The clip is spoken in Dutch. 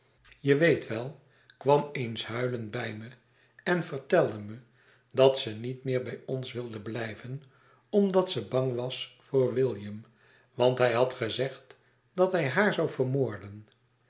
je weet wel kwam eens huilende bij me en vertelde me dat ze niet meer bij ons wilde blijven omdat ze bang was voor william want hij had gezegd dat hij haar zoû vermoorden